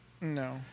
No